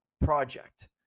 project